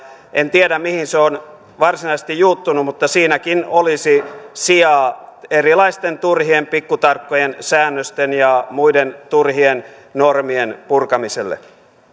en tiedä mihin se on varsinaisesti juuttunut mutta siinäkin olisi sijaa erilaisten turhien pikkutarkkojen säännösten ja muiden turhien normien purkamiselle